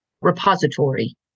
repository